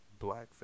blackface